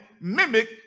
mimic